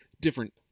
different